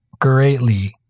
greatly